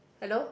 hello